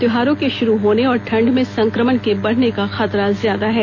त्योहारों के शुरू होने और ठंड में संक्रमण के बढ़ने का खतरा ज्यादा है